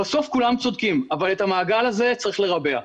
בסוף כולם צודקים אבל את המעגל הזה צריך לרבע.